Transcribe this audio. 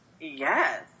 Yes